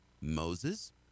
Moses